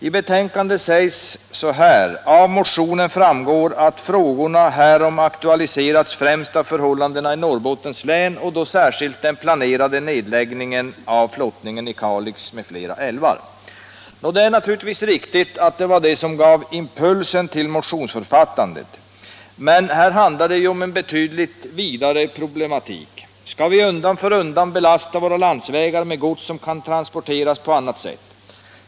I betänkandet sägs: ”Av motionen framgår att frågorna härom aktualiserats främst av förhållandena i Norrbottens län och då särskilt den planerade nedläggningen av flottningen i Kalix m.fl. älvar.” Det är naturligtvis riktigt att detta gav impulsen till motionsförfattandet, men här handlar det om en betydligt vidare problematik: Skall vi undan för undan belasta våra landsvägar med gods som kan transporteras på annat sätt?